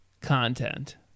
content